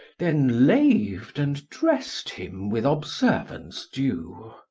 then laved and dressed him with observance due.